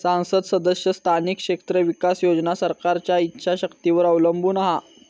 सांसद सदस्य स्थानिक क्षेत्र विकास योजना सरकारच्या ईच्छा शक्तीवर अवलंबून हा